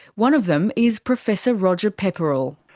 one of them is professor roger pepperell.